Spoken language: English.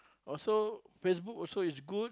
also Facebook also is good